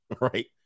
Right